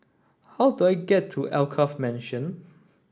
how do I get to Alkaff Mansion